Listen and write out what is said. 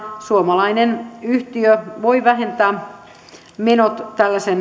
suomalainen yhtiö voi vähentää menot